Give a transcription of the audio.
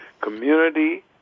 community